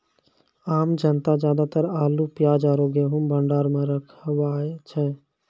आम जनता ज्यादातर आलू, प्याज आरो गेंहूँ भंडार मॅ रखवाय छै